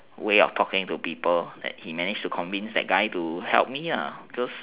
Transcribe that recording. way of talking to people he managed to convinced that guy to help me lah cause